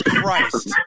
Christ